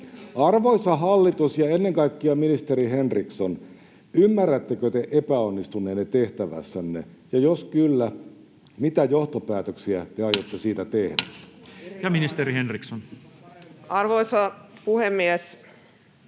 Arvoisa hallitus ja ennen kaikkea ministeri Henriksson, ymmärrättekö te epäonnistuneenne tehtävässänne, ja jos kyllä, mitä johtopäätöksiä te aiotte siitä tehdä? Ja ministeri Henriksson. Arvoisa puhemies!